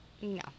No